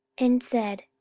and said,